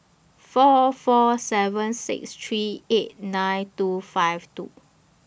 four four seven six three eight nine two five two